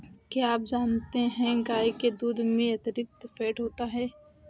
क्या आप जानते है गाय के दूध में अतिरिक्त फैट होता है